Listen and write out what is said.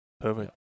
Perfect